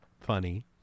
funny